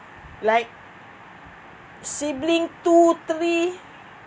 like sibling two three